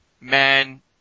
man